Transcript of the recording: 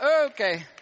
okay